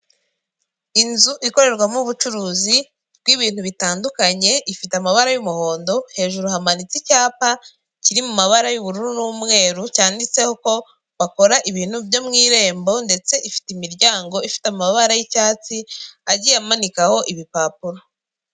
Inzu ikorerwamo ubucuruzi bw'ibintu bitandukanye, ifite amabara y'umuhondo, hejuru hamanitse icyapa kiri mu mabara y'ubururu n'umweru, cyanditseho ko bakora ibintu byo mu irembo, ndetse ifite imiryango ifite amabara y'icyatsi, agiye amanikaho ibipapuro.